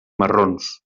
marrons